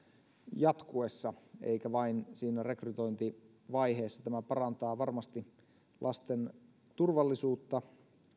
jatkuessa eikä vain siinä rekrytointivaiheessa tämä parantaa varmasti lasten turvallisuutta